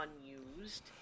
unused